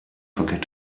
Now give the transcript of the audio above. forget